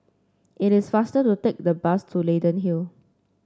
it is faster to take the bus to Leyden Hill